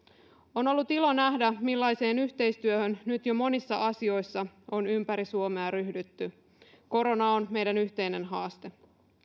on ollut ilo nähdä millaiseen yhteistyöhön nyt jo monissa asioissa on ympäri suomea ryhdytty korona on meidän yhteinen haaste